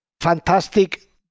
fantastic